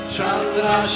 Chandra